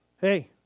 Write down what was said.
hey